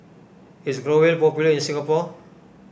is Growell popular in Singapore